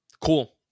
Cool